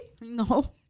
No